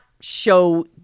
show